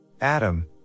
Adam